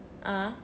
(uh huh)